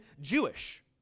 Jewish